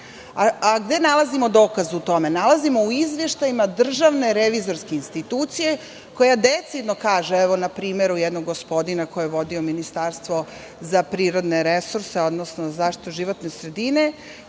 Gde nalazimo dokaze za to? Nalazimo u izveštajima DRI koja decidno kaže, evo na primeru jednog gospodina koji je vodio Ministarstvo za prirodne resurse, odnosno zaštitu životne sredine,